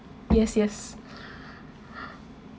yes yes